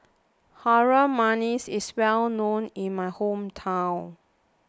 Harum Manis is well known in my hometown